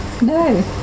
No